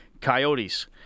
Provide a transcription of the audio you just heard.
Coyotes